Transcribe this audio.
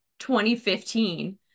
2015